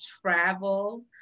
travel